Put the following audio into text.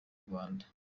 rwanda